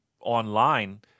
online